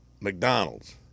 McDonald's